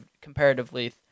comparatively